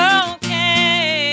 okay